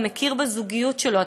אתה מכיר בזוגיות שלו,